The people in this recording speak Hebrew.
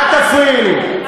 אל תפריעי לי.